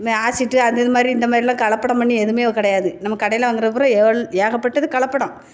இந்த ஆசிட்டு அந்த இதுமாரி இந்த மாதிரிலாம் கலப்படம் பண்ணி எதுவுமே கிடையாது நம்ம கடையில் வாங்குகிறது பூரா ஏன் ஏகப்பட்டது கலப்படம்